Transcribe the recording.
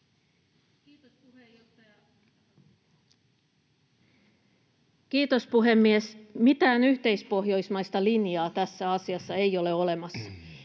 Time: 18:26 Content: Kiitos, puhemies! Mitään yhteispohjoismaista linjaa tässä asiassa ei ole olemassa.